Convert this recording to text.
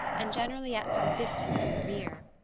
and generally at some distance in the rear.